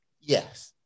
yes